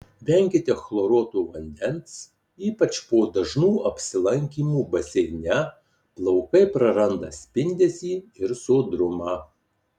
venkite chloruoto vandens ypač po dažnų apsilankymų baseine plaukai praranda spindesį ir sodrumą